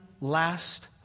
last